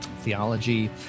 theology